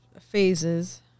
phases